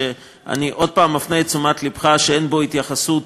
שאני עוד פעם מפנה את תשומת לבך שאין בו התייחסות